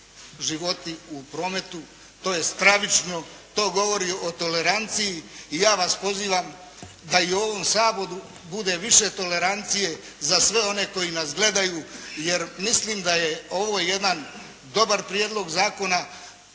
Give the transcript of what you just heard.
životi u prometu. To je stravično. To govori o toleranciji i ja vas pozivam da i u ovom Saboru bude više tolerancije za sve one koji nas gledaju jer mislim da je ovo jedan dobar prijedlog zakona